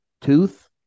tooth